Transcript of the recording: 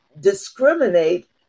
discriminate